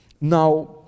Now